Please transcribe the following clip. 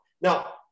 Now